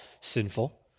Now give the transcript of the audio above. sinful